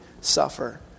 suffer